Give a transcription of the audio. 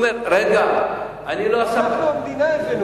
אבל אנחנו, המדינה, הבאנו אותם.